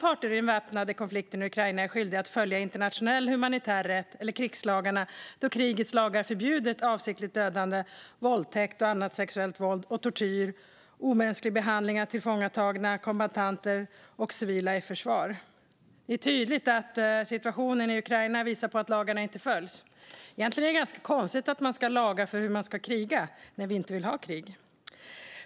Men alla parter i den väpnade konflikten i Ukraina är skyldiga att följa internationell humanitär rätt eller krigslagarna, då krigets lagar förbjuder avsiktligt dödande, våldtäkt och annat sexuellt våld, tortyr och omänsklig behandling av tillfångatagna kombattanter och civila i förvar. Situationen i Ukraina visar tydligt på att lagarna inte följs.